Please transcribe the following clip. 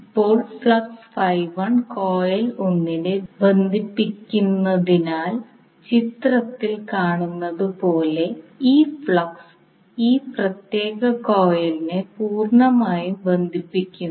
ഇപ്പോൾ flux coil 1 നെ ബന്ധിപ്പിക്കുന്നതിനാൽ ചിത്രത്തിൽ കാണുന്നതുപോലെ ഈ ഫ്ലക്സ് ഈ പ്രത്യേക കോയിലിനെ പൂർണ്ണമായും ബന്ധിപ്പിക്കുന്നു